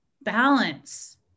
balance